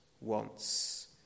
wants